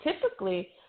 typically